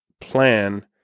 plan